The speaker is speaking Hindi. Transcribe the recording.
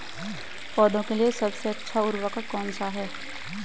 पौधों के लिए सबसे अच्छा उर्वरक कौन सा है?